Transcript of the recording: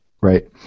Right